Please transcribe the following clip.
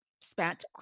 spent